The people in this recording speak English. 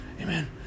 Amen